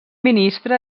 ministre